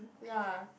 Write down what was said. ya